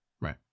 Right